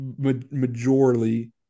majorly